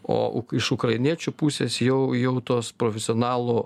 o iš ukrainiečių pusės jau jau tos profesionalų